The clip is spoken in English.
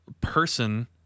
person